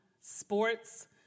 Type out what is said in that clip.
sports